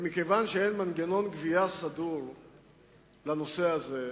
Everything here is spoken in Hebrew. ומכיוון שאין מנגנון גבייה סדור לנושא הזה,